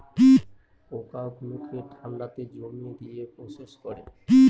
পোকা গুলোকে ঠান্ডাতে জমিয়ে দিয়ে প্রসেস করে